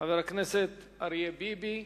חבר הכנסת אריה ביבי,